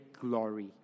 glory